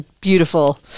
beautiful